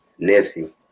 Nipsey